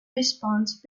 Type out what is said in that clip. responds